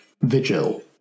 Vigil